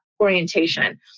orientation